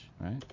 right